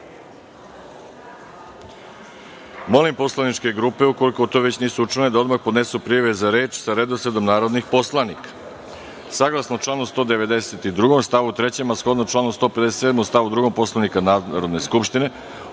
VSS.Molim poslaničke grupe, ukoliko to već nisu učinile, da odmah podnesu prijave za reč sa redosledom narodnih poslanika. Saglasno članu 192. stav 3, a shodno članu 157. stav 2. Poslovnika Narodne skupštine,